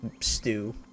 stew